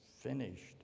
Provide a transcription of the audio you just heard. finished